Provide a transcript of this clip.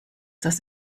das